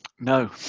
No